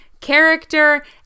character